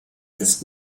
ist